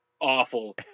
awful